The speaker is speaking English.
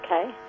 Okay